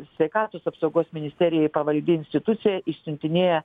sveikatos apsaugos ministerijai pavaldi institucija išsiuntinėja